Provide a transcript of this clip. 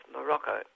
Morocco